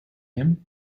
him